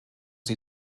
sie